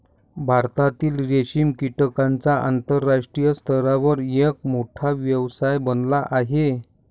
भारतातील रेशीम कीटकांचा आंतरराष्ट्रीय स्तरावर एक मोठा व्यवसाय बनला आहे